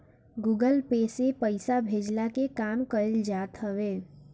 Google Pay से पईसा भेजला के काम कईल जात हवे